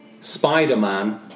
Spider-Man